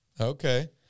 Okay